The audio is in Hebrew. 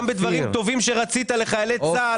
גם בדברים טובים שרצית לחיילי צה"ל,